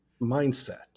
mindset